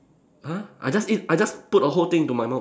!huh! I just eat I just put the whole thing into my mouth